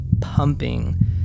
pumping